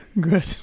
Good